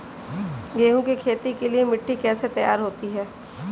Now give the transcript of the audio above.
गेहूँ की खेती के लिए मिट्टी कैसे तैयार होती है?